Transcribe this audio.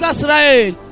Israel